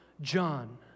John